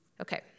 Okay